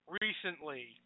recently